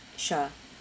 sure